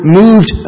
moved